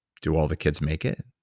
do all the kids make it?